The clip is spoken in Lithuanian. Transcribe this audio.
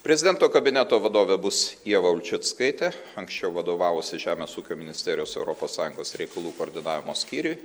prezidento kabineto vadovė bus ieva ulčickaitė anksčiau vadovavusi žemės ūkio ministerijos europos sąjungos reikalų koordinavimo skyriui